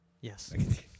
Yes